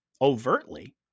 overtly